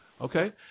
Okay